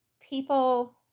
people